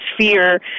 fear